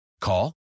Call